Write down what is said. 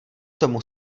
tomu